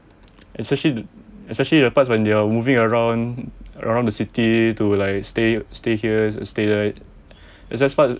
especially especially the parts when they are moving around around the city to like stay stay here stay there